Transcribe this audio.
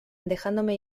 dejándome